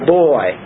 boy